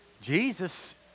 Jesus